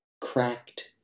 cracked